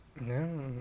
No